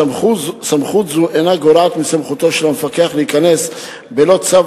סמכות זו אינה גורעת מסמכותו של המפקח להיכנס בלא צו